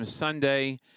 Sunday